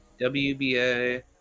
WBA